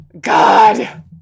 God